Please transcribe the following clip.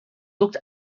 looked